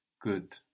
Good